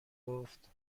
گفت